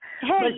Hey